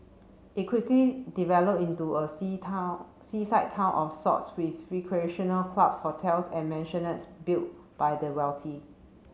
it quickly developed into a sea town seaside town of sorts with recreational clubs hotels and mansionettes built by the wealthy